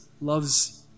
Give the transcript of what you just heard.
loves